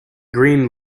green